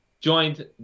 joined